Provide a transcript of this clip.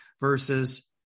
versus